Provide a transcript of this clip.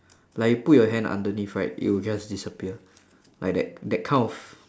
like you put your hand underneath right it would just disappear like that that kind of